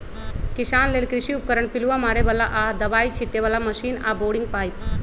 किसान लेल कृषि उपकरण पिलुआ मारे बला आऽ दबाइ छिटे बला मशीन आऽ बोरिंग पाइप